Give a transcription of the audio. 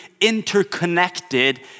interconnected